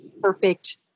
perfect